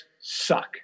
suck